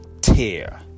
tear